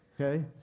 Okay